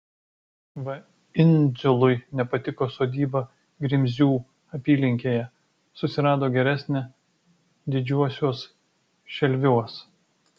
v indziului nepatiko sodyba grimzių apylinkėje susirado geresnę didžiuosiuos šelviuos